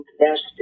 invested